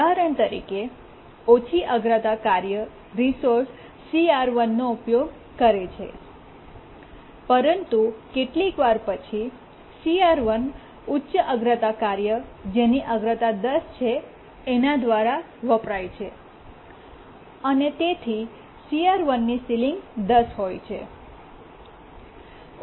ઉદાહરણ તરીકે ઓછી અગ્રતા કાર્ય રિસોર્સ CR1 નો ઉપયોગ કરે છે પરંતુ કેટલીકવાર પછી CR1 ઉચ્ચ અગ્રતા કાર્ય જેની અગ્રતા 10 છે એના દ્વારા વપરાય છે અને તેથી CR1 ની સીલીંગ 10 હોય છે